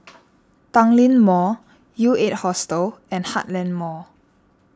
Tanglin Mall U eight Hostel and Heartland Mall